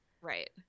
right